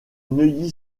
neuilly